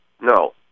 No